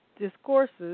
discourses